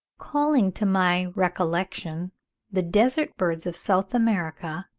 calling to my recollection the desert-birds of south america,